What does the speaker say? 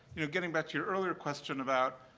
you know, getting back to your earlier question about,